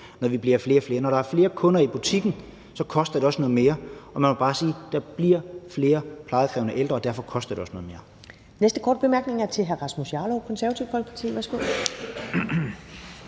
når vi bliver flere og flere. Når der er flere kunder i butikken, koster det også noget mere. Og man må bare sige, at der bliver flere plejekrævende ældre, og derfor koster det også noget mere. Kl. 11:20 Første næstformand (Karen Ellemann):